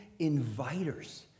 inviters